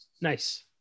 Nice